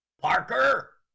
Parker